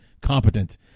competent